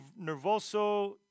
Nervoso